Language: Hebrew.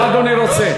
מה אדוני רוצה?